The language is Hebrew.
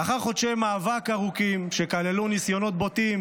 לאחר חודשי מאבק ארוכים שכללו ניסיונות בוטים